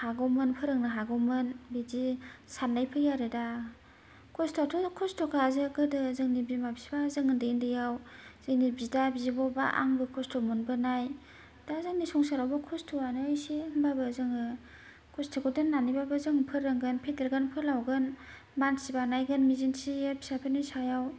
हागौमोन फोरोंनो हागौमोन बिदि साननाय फैयो आरो दा खस्थ'याथ' खस्थ'खा जों गोदो जोंनि बिमा फिफा जों ओन्दै ओन्दैयाव जोंनि बिदा बिब' बा आंबो खस्थ' मोनबोनाय दा जोंनि संसारावबो खस्थ'यानो इसे होमबाबो खस्थ'खौ दोनननैबाबो जों फेदेरगोन फोलावगोन मानसि बानायगोन बिदिनोसै फिसाफोरनि सायाव